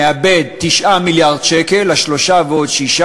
מאבד, 9 מיליארד שקל, ה-3 ועוד 6,